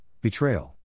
betrayal